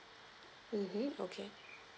mmhmm okay